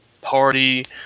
party